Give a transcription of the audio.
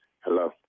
Hello